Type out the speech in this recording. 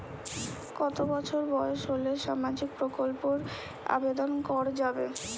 কত বছর বয়স হলে সামাজিক প্রকল্পর আবেদন করযাবে?